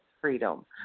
freedom